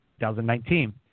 2019